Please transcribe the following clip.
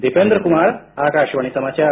दीपेंद्र कुमार आकाशवाणी समाचार